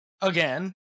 again